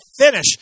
finish